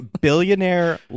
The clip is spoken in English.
billionaire